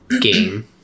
game